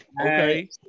Okay